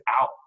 out